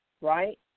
right